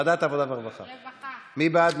מי בעד?